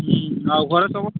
ହୁଁ ଆଉ ଘରେ ସବୁ